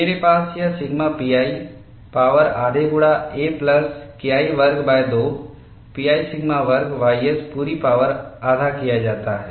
मेरे पास यह सिग्मा pi पावर आधे गुणा a प्लस KI वर्ग 2 pi सिग्मा वर्ग ys पूरी पावर आधा किया जाता है